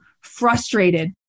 frustrated